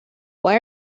why